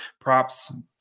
props